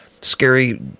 scary